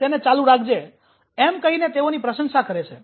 તેને ચાલુ રાખજે એમ કહીને તેઓની પ્રશંસા કરે છે